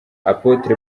apotre